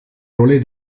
rolle